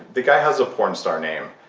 the guy has a porn star name,